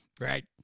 right